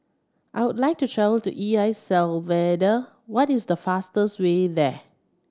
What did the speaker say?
I would like to travel to E L Salvador what is the fastest way there